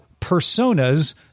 Personas